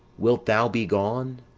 wilt thou be gone?